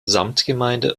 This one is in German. samtgemeinde